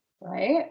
right